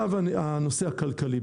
לנושא הכלכלי.